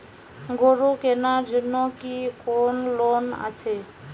গরু কেনার জন্য কি কোন লোন আছে?